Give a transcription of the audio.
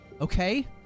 Okay